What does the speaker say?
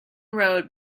road